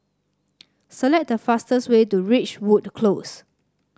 select the fastest way to Ridgewood Close